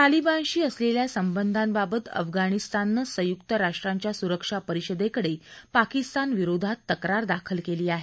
तालिबानशी असलेल्या संबंधांबाबत अफगाणिस्ताननं संयुक्त राष्ट्रांच्या सुरक्षा परिषदेकडे पाकिस्तान विरोधात तक्रार दाखल केली आहे